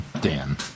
Dan